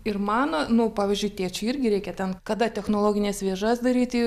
ir man nu pavyzdžiui tėčiui irgi reikia ten kada technologines vėžas daryti